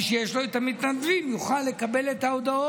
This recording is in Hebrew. מי שיש לו את המתנדבים, יוכל לקבל את ההודעות